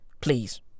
Please